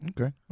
Okay